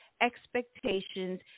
expectations